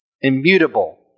Immutable